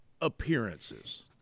appearances –